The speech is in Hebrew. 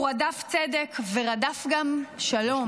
הוא רדף צדק ורדף גם שלום,